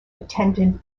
attendant